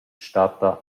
statta